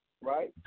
Right